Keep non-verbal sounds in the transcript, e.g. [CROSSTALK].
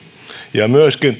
ja myöskin [UNINTELLIGIBLE]